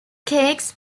cakes